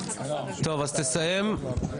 טוב, אז תסיים.